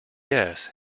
yes